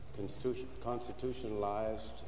constitutionalized